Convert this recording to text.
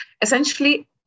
Essentially